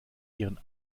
ihren